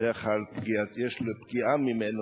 בדרך כלל יש לי פגיעה ממנו,